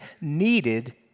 needed